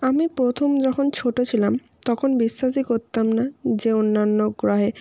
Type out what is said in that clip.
আমি প্রথম যখন ছোট ছিলাম তখন বিশ্বাসই করতাম না যে অন্যান্য গ্রহে